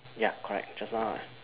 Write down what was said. ya correct just now I